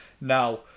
Now